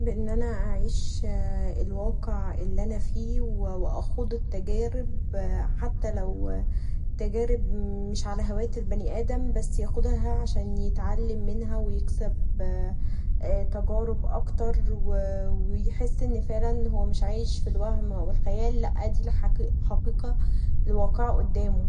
بأن أنا أعيش الواقع اللي أنا فيه و أخوض التجارب حتي لو تجارب مش علي هواه البني ادم بس يخوضها عشان يتعلم منها و يكتسب تجارب اكتر و يحس انه فعلا مش عايش في الوهم او الخيال لا دي الحقيقه الواقعه قدامه.